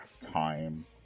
time